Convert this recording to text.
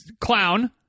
clown